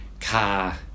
Car